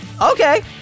Okay